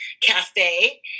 cafe